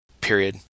Period